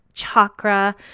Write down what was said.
chakra